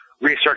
research